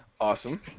Awesome